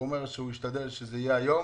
הוא אומר שהוא ישתדל שזה יהיה היום.